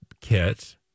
kit